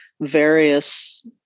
various